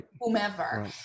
whomever